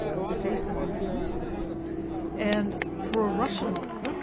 deface the monument and pro-russian